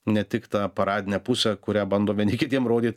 ne tik tą paradinę pusę kurią bandom vieni kitiem rodyt